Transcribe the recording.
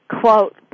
quote